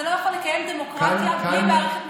אתה לא יכול לקיים דמוקרטיה בלי מערכת משפטית.